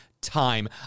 time